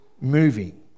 moving